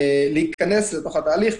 להיכנס לתהליך,